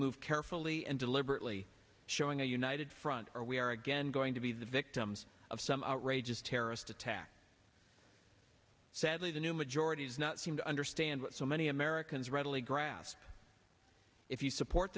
move carefully and deliberately showing a united front or we are again going to be the victims of some outrageous terrorist attack sadly the new majority does not seem to understand what so many americans readily grass if you support